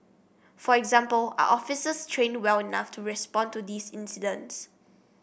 for example are officers trained well enough to respond to these incidents